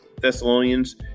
Thessalonians